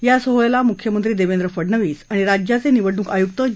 या सोहळ्याला मुख्यमंत्री देवेंद्र फडणवीस आणि राज्याचे निवडणूक आयुक्त ज